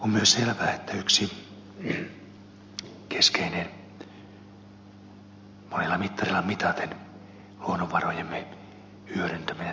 on myös selvää että monella mittarilla mitaten yksi keskeinen luonnonvarojemme hyödyntäminen tapahtuu maa ja metsätaloutemme kautta